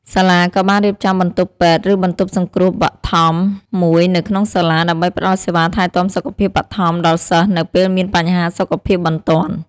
សាលាក៏បានរៀបចំបន្ទប់ពេទ្យឬបន្ទប់សង្រ្គោះបឋមមួយនៅក្នុងសាលា ដើម្បីផ្តល់សេវាថែទាំសុខភាពបឋមដល់សិស្សនៅពេលមានបញ្ហាសុខភាពបន្ទាន់។